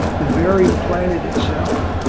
the very planet itself,